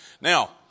Now